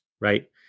right